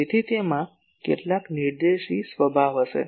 તેથી તેમાં કેટલાક નિર્દેશી સ્વભાવ હશે